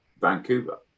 Vancouver